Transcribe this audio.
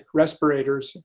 respirators